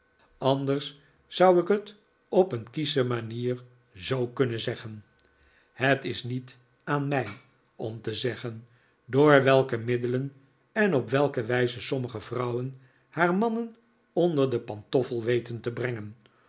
anders zou ik het op een kiesche manier zoo kunnen zeggen het is niet aan mij om te zeggen door welke middelen en op welke wijze sommige vrouwen haar mannen onder de pantoffel weten te brengen